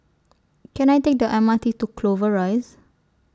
Can I Take The M R T to Clover Rise